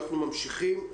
אנחנו ממשיכים.